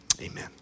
amen